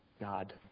God